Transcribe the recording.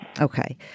Okay